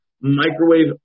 microwave